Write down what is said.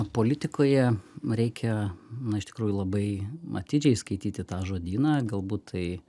politikoje reikia na iš tikrųjų labai atidžiai skaityti tą žodyną galbūt tai